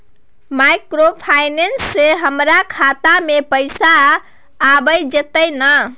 Microfinance से हमारा खाता में पैसा आबय जेतै न?